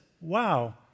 Wow